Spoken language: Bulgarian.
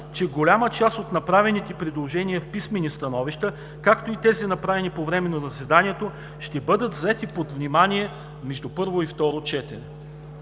че голяма част от направените предложения в писмени становища, както и тези, направени по време на заседанието, ще бъдат взети под внимание между първо и второ четене.